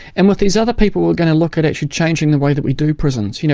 and with these other people we're going to look at actually changing the way that we do prisons. you know